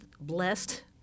blessed